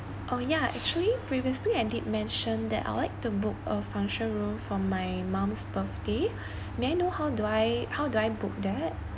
oh ya actually previously I did mention that I'd like to book a function room for my mum's birthday may know how do I how do I book that